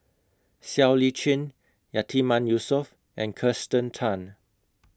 Siow Lee Chin Yatiman Yusof and Kirsten Tan